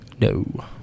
No